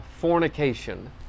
fornication